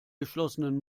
geschlossenen